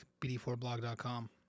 BD4blog.com